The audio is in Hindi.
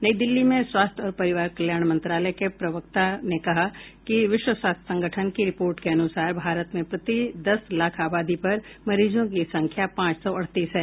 नई दिल्ली में स्वास्थ्य और परिवार कल्याण मंत्रालय के प्रवक्ता ने कहा कि विश्व स्वास्थ्य संगठन की रिपोर्ट के अनुसार भारत में प्रति दस लाख आबादी पर मरीजों की संख्या पांच सौ अड़तीस है